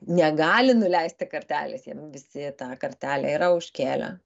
negali nuleisti kartelės jiem visi tą kartelę yra užkėlę